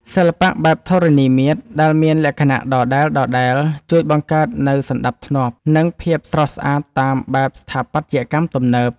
សិល្បៈបែបធរណីមាត្រ ដែលមានលក្ខណៈដដែលៗ ជួយបង្កើតនូវសណ្ដាប់ធ្នាប់ និងភាពស្រស់ស្អាតតាមបែបស្ថាបត្យកម្មទំនើប។